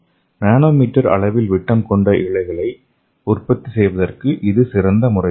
nano metre அளவில் விட்டம் கொண்ட இழைகளை உற்பத்தி செய்வதற்கு இது சிறந்த முறையாகும்